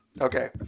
okay